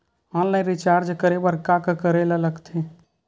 Online recharge करे बर का का करे ल लगथे?